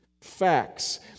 facts